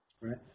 right